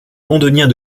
londoniens